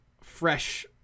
fresh